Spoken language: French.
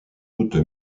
doute